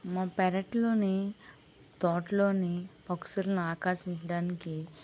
మా పెరట్లోని తోటలోని పక్షులని ఆకర్షించడానికి